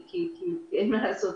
כי אין מה לעשות,